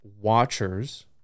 watchers